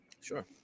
Sure